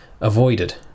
avoided